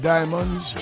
Diamonds